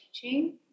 teaching